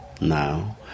now